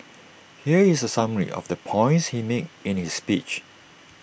here is A summary of the points he made in his speech